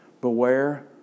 Beware